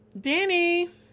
danny